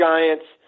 Giants